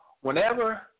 whenever